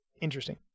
interesting